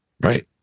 right